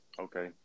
Okay